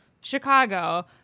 Chicago